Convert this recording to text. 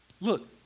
Look